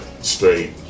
straight